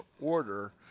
order